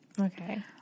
Okay